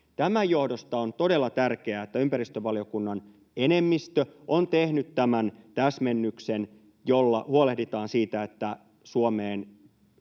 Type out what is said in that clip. Tämän johdosta on todella tärkeää, että ympäristövaliokunnan enemmistö on tehnyt tämän täsmennyksen, jolla huolehditaan siitä, että Suomeen